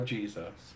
Jesus